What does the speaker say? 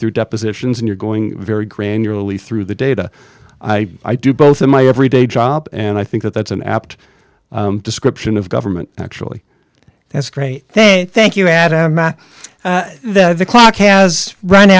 through depositions and you're going very granularly through the data i i do both of my every day job and i think that that's an apt description of government actually that's great thank you thank you adam and that the clock has run